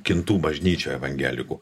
kintų bažnyčioj evangelikų